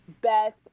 Beth